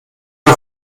wir